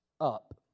up